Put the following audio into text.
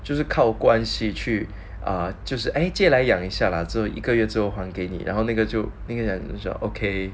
就是靠关系去 err 就是 eh 养一下了只有一个月之后还给你然后那个就那个人说 okay